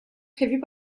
prévues